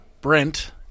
Brent